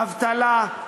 אבטלה,